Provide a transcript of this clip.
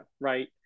right